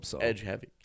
edge-heavy